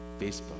Facebook